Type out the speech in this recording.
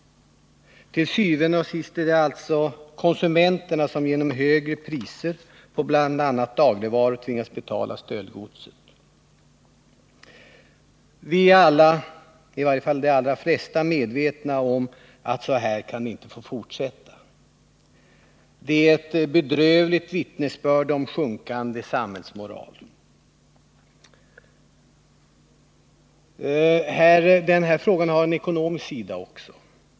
Til syvende og sidst är det alltså konsumenterna som genom högre priser på bl.a. dagligvaror tvingas betala stöldgodset. Vi är alla — i varje fall de allra flesta — medvetna om att så här kan det inte få fortsätta. Det är ett bedrövligt vittnesbörd om sjunkande samhällsmoral. Den här frågan har också en ekonomisk sida.